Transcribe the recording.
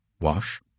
Wash